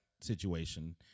situation